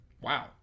Wow